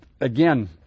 again